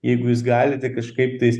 jeigu jūs galite kažkaip tais